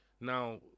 now